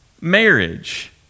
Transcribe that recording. marriage